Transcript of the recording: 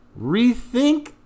rethink